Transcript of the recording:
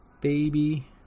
baby